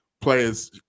players